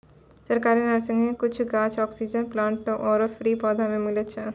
सरकारी नर्सरी मॅ कुछ गाछ, ऑक्सीजन प्लांट आरो फ्री पौधा भी मिलै छै